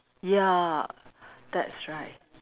ya that's right